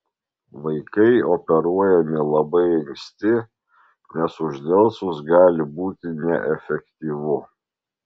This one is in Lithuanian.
vaikai operuojami labai anksti nes uždelsus gali būti neefektyvu